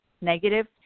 negative